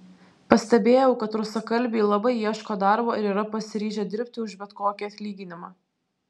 pastebėjau kad rusakalbiai labai ieško darbo ir yra pasiryžę dirbti už bet kokį atlyginimą